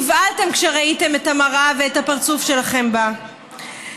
נבהלתם כשראיתם את המראה ואת הפרצוף שלכם בה,